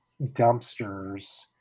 dumpsters